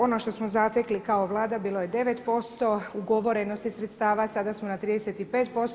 Ono što smo zatekli kao Vlada bilo je 9%, ugovorenosti sredstava, sada smo na 35%